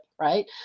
right